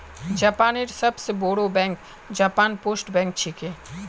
जापानेर सबस बोरो बैंक जापान पोस्ट बैंक छिके